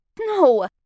No